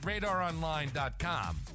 radaronline.com